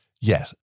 Yes